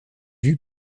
vue